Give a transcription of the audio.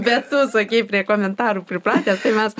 bet tu sakei prie komentarų pripratęs tai mes